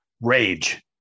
Rage